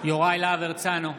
יוראי להב הרצנו,